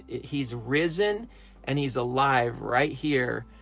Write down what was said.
he's risen and he's alive right here,